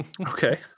Okay